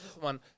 one